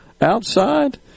outside